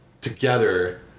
together